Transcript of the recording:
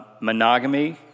monogamy